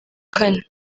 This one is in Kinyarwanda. kane